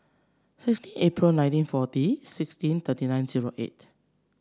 sixteen April nineteen forty sixteen thirty nine zero eight